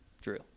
Drew